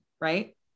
Right